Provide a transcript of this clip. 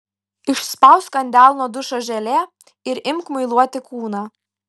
išspausk ant delno dušo želė ir imk muiluoti kūną